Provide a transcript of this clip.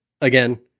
Again